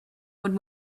would